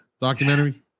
documentary